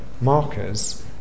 markers